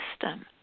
system